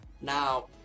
Now